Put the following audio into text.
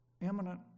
imminent